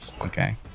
okay